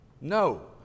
No